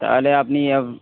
তাহলে আপনি